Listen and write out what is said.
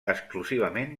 exclusivament